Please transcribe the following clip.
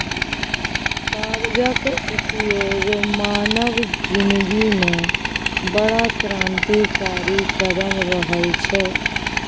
कागजक उपयोग मानव जिनगीमे बड़ क्रान्तिकारी कदम रहल छै